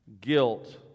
guilt